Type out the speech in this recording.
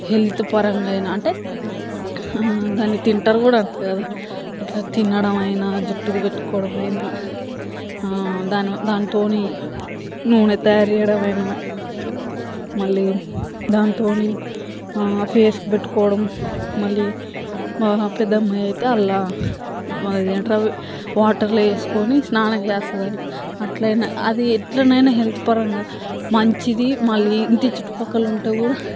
health పరంగా అయినా అంటే దాని తింటారు కూడా అంట కదా అట్లా తినడమైనా జుట్టుకు పెట్టుకోవడమైనా దాన్ దాంతోని నూనె తయారు చేయడమైన మళ్ళీ దాంతోని ఫేస్కి పెట్టుకోవడం మళ్ళీ మా పెద్దమ్మాయి అయితే అండ్ల అది ఏంటవి వాటర్లో ఏసుకొని స్నానం చేస్తది అది అట్లయినా అది ఎట్లనైనా హెల్త్ పరంగా మంచిది మళ్ళీ ఇంటి చుట్టుపక్కల ఉంటే కూడా